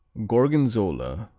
gorgonzola,